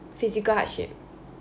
physical hardship